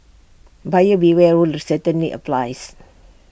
buyer beware rule certainly applies